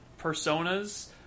personas